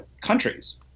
countries